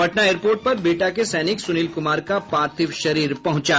Patna airport पर बिहटा के सैनिक सुनील कुमार का पार्थिव शरीर पहुंचा